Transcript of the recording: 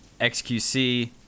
xqc